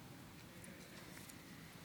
האמונים: "אני מתחייב לשמור אמונים למדינת